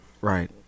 Right